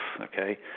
okay